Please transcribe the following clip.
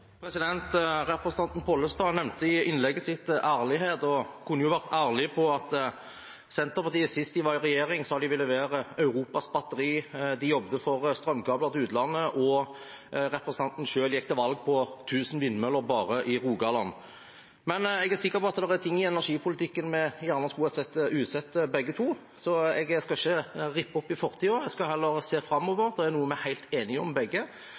Representanten Pollestad nevnte ærlighet i innlegget sitt. Han kunne jo vært ærlig på at Senterpartiet sist de var i regjering, sa de ville være Europas batteri, at de jobbet for strømkabler til utlandet, og representanten selv gikk til valg på 1 000 vindmøller bare i Rogaland. Men jeg er sikker på at det er ting i energipolitikken vi gjerne skulle sett ugjort, begge to, så jeg skal ikke rippe opp i fortiden. Jeg skal heller se framover, for det er noe vi begge er helt enige om,